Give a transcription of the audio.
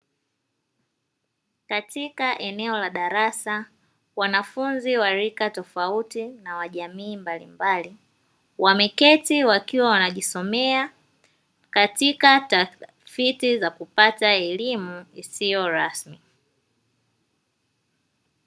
Katika eneo la darasa wanafunzi wa rika tofauti na wa jamii mbalimbali, wameketi wakiwa wanajisomea katika tafiti za kupata elimu isiyo rasmi.